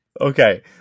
Okay